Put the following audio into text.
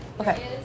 Okay